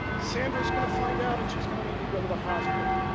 sandra's going to find out and she's going to make me go to the hospital.